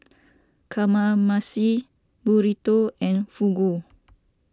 Kamameshi Burrito and Fugu